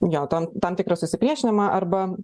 jo ten tam tikrą susipriešinimą arba